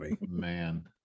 man